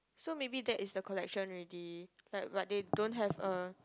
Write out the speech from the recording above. so maybe that is the collection already like but they don't have a